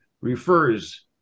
refers